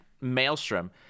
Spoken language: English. maelstrom